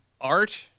Art